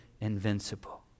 invincible